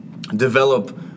develop